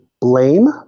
blame